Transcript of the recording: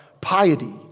piety